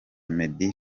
meddy